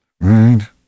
Right